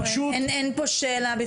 אין פה שאלה בכלל.